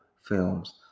films